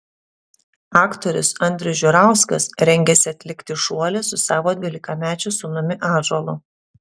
aktorius andrius žiurauskas rengiasi atlikti šuolį su savo dvylikamečiu sūnumi ąžuolu